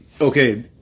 Okay